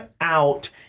out